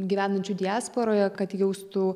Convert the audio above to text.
gyvenančių diasporoje kad jaustų